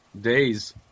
days